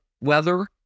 weather